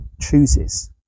chooses